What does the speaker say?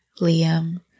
Liam